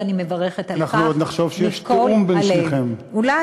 ואני מברכת על כך מכל הלב.